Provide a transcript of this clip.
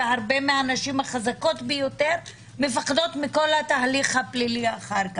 והרבה מהנשים החזקות ביותר מפחדות מכל התהליך הפלילי אחר כך.